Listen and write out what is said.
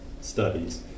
studies